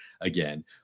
again